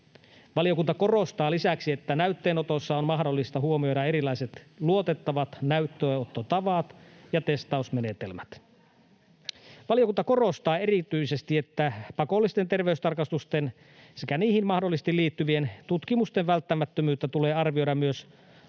Valiokunta korostaa lisäksi, että näytteenotossa on mahdollista huomioida erilaiset luotettavat näytteenottotavat ja testausmenetelmät. Valiokunta korostaa erityisesti, että pakollisten terveystarkastusten sekä niihin mahdollisesti liittyvien tutkimusten välttämättömyyttä tulee arvioida myös